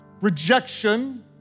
rejection